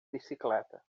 bicicleta